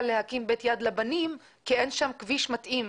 להקים בית יד לבנים כי אין שם כביש מתאים.